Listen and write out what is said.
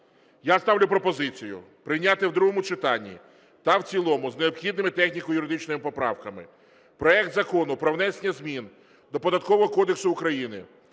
Я ставлю пропозицію прийняти в другому читанні та в цілому з необхідними техніко-юридичними поправками проект Закону про внесення змін до